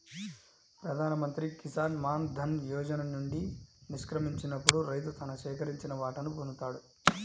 ప్రధాన్ మంత్రి కిసాన్ మాన్ ధన్ యోజన నుండి నిష్క్రమించినప్పుడు రైతు తన సేకరించిన వాటాను పొందుతాడు